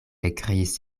ekkriis